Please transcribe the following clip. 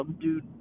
dude